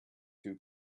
two